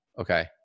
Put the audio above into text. okay